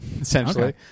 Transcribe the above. essentially